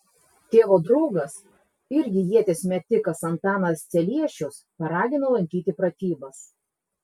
tėvo draugas irgi ieties metikas antanas celiešius paragino lankyti pratybas